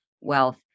wealth